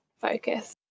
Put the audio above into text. focus